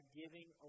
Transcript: giving